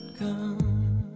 come